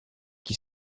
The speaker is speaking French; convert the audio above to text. qui